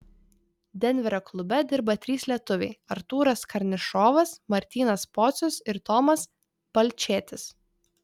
denverio klube dirba trys lietuviai artūras karnišovas martynas pocius ir tomas balčėtis